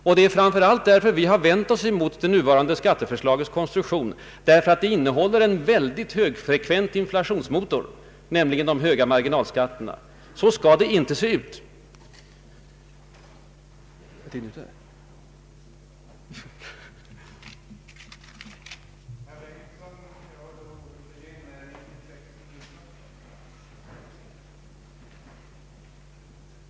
Och vi vänder oss mot det nuvarande skatteförslagets konstruktion framför allt därför att det innehåller en väldigt högfrekvent inflationsmotor, nämligen de höga marginalskatterna. Så skall ett skattesystem inte se ut.